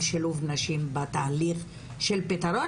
גם על שילוב נשים בתהליך של פתרון.